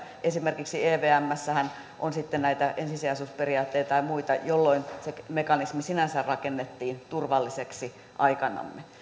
esimerkiksi evmssähän on sitten näitä ensisijaisuusperiaatteita ja muita jolloin se mekanismi sinänsä rakennettiin turvalliseksi aikanamme